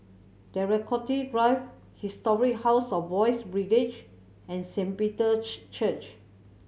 Draycott Drive Historic House of Boys' Brigade and Saint Peter's Church